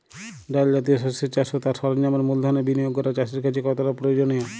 ডাল জাতীয় শস্যের চাষ ও তার সরঞ্জামের মূলধনের বিনিয়োগ করা চাষীর কাছে কতটা প্রয়োজনীয়?